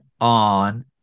on